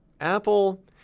Apple